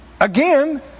Again